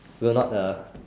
will not uh